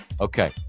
Okay